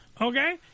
Okay